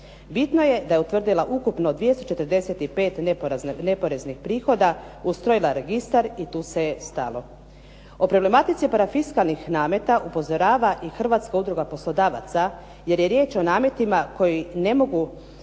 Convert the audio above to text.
Bitno je da je utvrdila ukupno 245 neopreznih prihoda, ustrojila registar i tu se je stalo. O problematici parafiskalnih nameta upozorava i Hrvatska udruga poslodavaca jer je riječ o nametima koji ne mogu